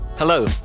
Hello